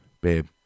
babe